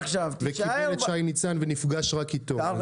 וקיבל את שי ניצן ונפגש רק איתו.